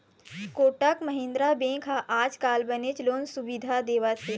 Kotak Mahindra bank ह आजकाल बनेच लोन सुबिधा देवत हे